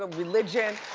ah religion.